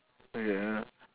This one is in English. okay uh